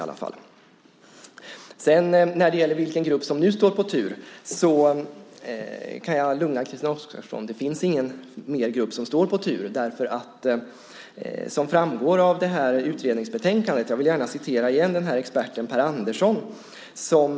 Jag kan lugna Christina Oskarsson med att ingen mer grupp står på tur. Det framgår av utredningsbetänkandet. Jag vill gärna nämna vad experten Pär Andersson säger.